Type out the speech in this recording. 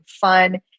fun